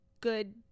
good